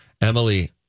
Emily